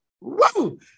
Woo